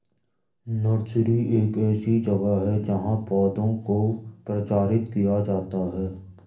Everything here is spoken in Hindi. नर्सरी एक ऐसी जगह है जहां पौधों को प्रचारित किया जाता है